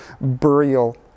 burial